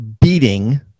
beating